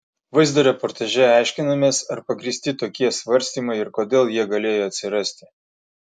vaizdo reportaže aiškinamės ar pagrįsti tokie svarstymai ir kodėl jie galėjo atsirasti